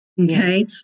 Okay